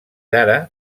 ara